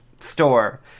store